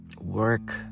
work